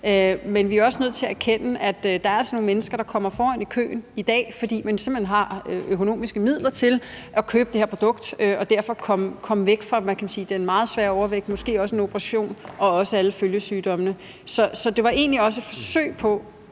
men vi er også nødt til at erkende, at der altså er nogle mennesker, der kommer foran i køen i dag, fordi man simpelt hen har økonomiske midler til at købe det her produkt og dermed komme væk fra den, hvad kan man sige, meget svære overvægt og måske også undgå en operation og også alle følgesygdommene. Så det var egentlig også et forsøg på